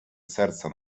серце